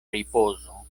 ripozo